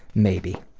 maybe.